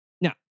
Now